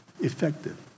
effective